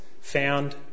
found